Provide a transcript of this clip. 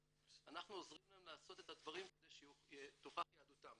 אנחנו עוזרים להם לעשות את הדברים כדי שתוכח יהדותם.